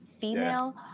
female